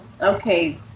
okay